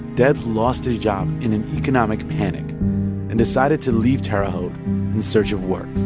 debs lost his job in an economic panic and decided to leave terre haute in search of work